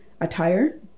attire